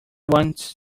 wants